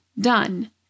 Done